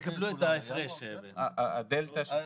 הדלתא שתיווצר.